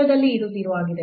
ಮೂಲದಲ್ಲಿ ಇದು 0 ಆಗಿದೆ